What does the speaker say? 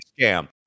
scam